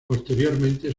posteriormente